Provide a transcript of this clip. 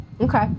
Okay